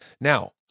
Now